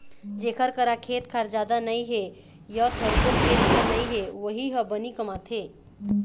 जेखर करा खेत खार जादा नइ हे य थोरको खेत खार नइ हे वोही ह बनी कमाथे